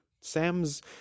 Sam's